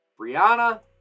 Brianna